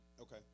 Okay